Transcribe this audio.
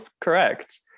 Correct